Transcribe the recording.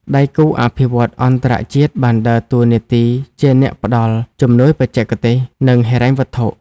ដៃគូអភិវឌ្ឍន៍អន្តរជាតិបានដើរតួនាទីជាអ្នកផ្តល់ ជំនួយបច្ចេកទេស និងហិរញ្ញវត្ថុ។